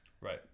right